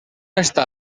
està